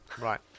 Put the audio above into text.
Right